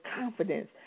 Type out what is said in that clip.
confidence